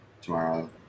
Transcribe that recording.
tomorrow